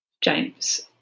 james